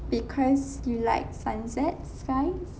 because you like sunsets skies